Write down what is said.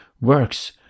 works